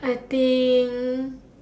I think